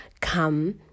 come